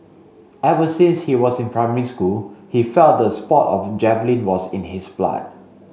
ever since he was in primary school he felt the sport of javelin was in his blood